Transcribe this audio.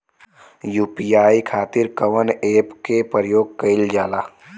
UPI खातीर कवन ऐपके प्रयोग कइलजाला?